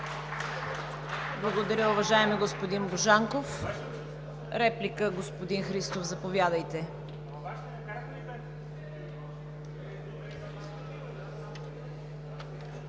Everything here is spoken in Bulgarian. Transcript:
Благодаря, уважаеми господин Божанков. Реплика – господин Христов, заповядайте.